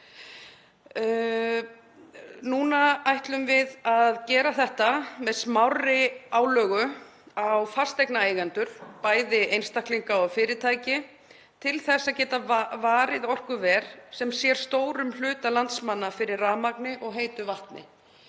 Núna ætlum við að gera þetta með smárri álögu á fasteignaeigendur, bæði einstaklinga og fyrirtæki, til að geta varið orkuver sem sér stórum hluta landsmanna fyrir rafmagni og heitu vatni.